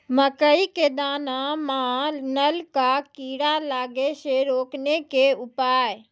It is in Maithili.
मकई के दाना मां नल का कीड़ा लागे से रोकने के उपाय?